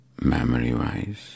memory-wise